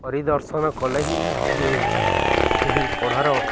ପରିଦର୍ଶନ କଲେ ହିଁ ସିଏ ସେହି ପଢ଼ାର